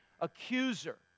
accuser